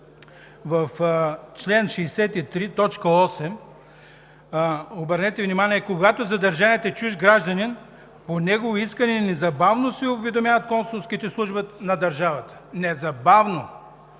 в чл. 63, т. 8, обърнете внимание: „Когато задържаният е чужд гражданин, по негово искане незабавно се уведомяват консулските служби на държавата“. Незабавно!